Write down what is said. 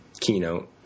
keynote